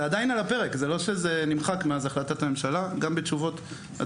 היחידה הזו שמתעסקת בהימורים באינטרנט היתה